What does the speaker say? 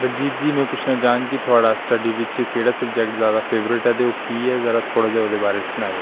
बलजीत जी में पुच्छना चाह्ङ कि थुआढ़ा स्टडी बिच केह्ड़ा सब्जैक्ट जैदा फेवरेट ऐ ते ओह् की ऐ ते यरा थोह्ड़ा जेहा ओह्दे बारे च सनाएओ